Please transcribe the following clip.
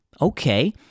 okay